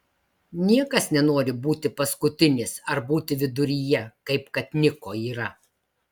niekas nenori būti paskutinis ar būti viduryje kaip kad niko yra